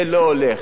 זה לא הולך.